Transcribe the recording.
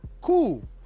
Cool